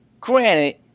Granted